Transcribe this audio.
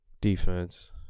Defense